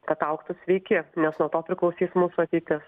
kad augtų sveiki nes nuo to priklausys mūsų ateitis